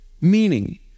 Meaning